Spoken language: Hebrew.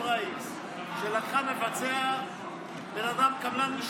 שלקחה מבצע בן אדם, קבלן משנה.